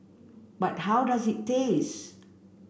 but how does it taste